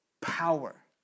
power